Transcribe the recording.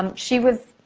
um she was,